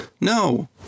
No